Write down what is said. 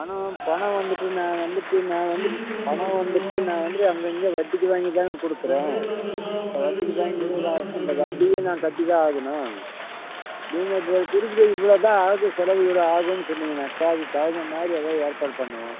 பணம் பணம் வந்துட்டு நான் வந்துட்டு நான் வந்து பணம் வந்துட்டு நான் வந்து அங்கே இங்கே வட்டிக்கு வாங்கி தாங்க கொடுக்குறேன் இப்போ வட்டிக்கு வாங்கி கொடு அந்த வட்டியை நான் கட்டி தான் ஆகணும் நீங்கள் இப்போ குறிப்பிட்டு இவ்வளோ தான் ஆகும் செலவு இவ்வளோ ஆகும்னு சொன்னீங்கன்னாக்கால் அதுக்கு தகுந்தமாதிரி ஏதோ ஏற்பாடு பண்ணுவோம்